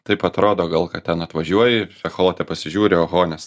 taip atrodo gal kad ten atvažiuoji echolote pasižiūri oho nes